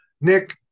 Nick